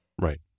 Right